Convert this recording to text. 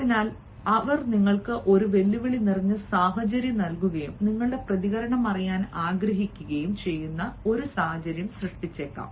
അതിനാൽ അവർ നിങ്ങൾക്ക് ഒരു വെല്ലുവിളി നിറഞ്ഞ സാഹചര്യം നൽകുകയും നിങ്ങളുടെ പ്രതികരണം അറിയാൻ ആഗ്രഹിക്കുകയും ചെയ്യുന്ന ഒരു സാഹചര്യം സൃഷ്ടിച്ചേക്കാം